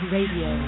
Radio